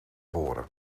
voren